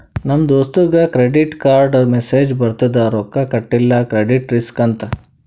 ನಮ್ ದೋಸ್ತಗ್ ಕ್ರೆಡಿಟ್ ಕಾರ್ಡ್ಗ ಮೆಸ್ಸೇಜ್ ಬರ್ತುದ್ ರೊಕ್ಕಾ ಕಟಿಲ್ಲ ಕ್ರೆಡಿಟ್ ರಿಸ್ಕ್ ಅಂತ್